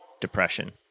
depression